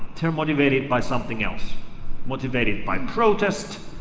they're motivated by something else motivated by protests,